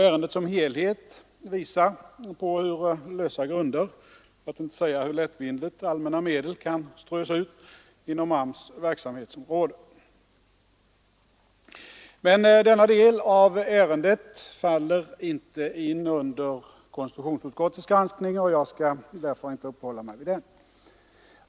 Ärendet som helhet visar på hur lösa grunder för att inte säga hur lättvindigt allmänna medel kan strös ut inom AMS:s verksamhetsområde. Men denna del av ärendet faller inte in under KU:s granskning, och jag skall därför inte uppehålla mig vid den.